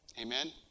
Amen